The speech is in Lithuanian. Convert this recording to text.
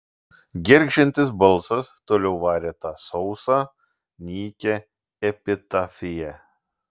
gergždžiantis balsas toliau varė tą sausą nykią epitafiją